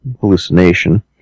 hallucination